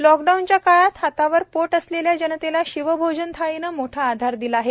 लॉकडाऊनच्या काळात हातावर पोट असलेल्या जनतेला शिवभोजन थाळीने मोठा आधार दिला आहे